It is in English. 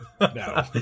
No